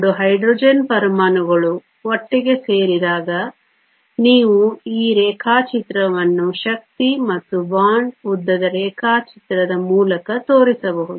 2 hydrogen ಪರಮಾಣುಗಳು ಒಟ್ಟಿಗೆ ಸೇರಿದಾಗ ನೀವು ಈ ರೇಖಾಚಿತ್ರವನ್ನು ಶಕ್ತಿ ಮತ್ತು ಬಾಂಡ್ ಉದ್ದದ ರೇಖಾಚಿತ್ರದ ಮೂಲಕ ತೋರಿಸಬಹುದು